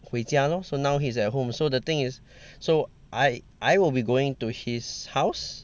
回家 lor so now he's at home so the thing is so I I will be going to his house